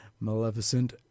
Maleficent